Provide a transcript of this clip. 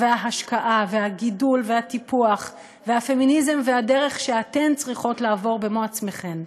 וההשקעה והגידול והטיפוח והפמיניזם והדרך שאתן צריכות לעבור במו-עצמכן: